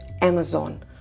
Amazon